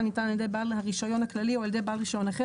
הניתן על ידי בעל הרישיון כללי או על ידי בעל רישיון אחר